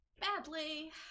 Badly